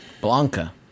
Blanca